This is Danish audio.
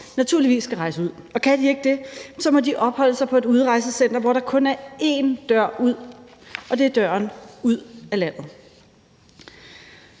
naturligvis skal rejse ud. Og kan de ikke det, må de opholde sig på et udrejsecenter, hvor der kun er én dør ud, og det er døren ud af landet.